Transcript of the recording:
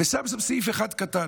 ושם שם סעיף אחד קטן,